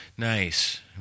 nice